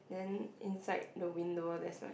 then inside the window there's like